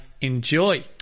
enjoy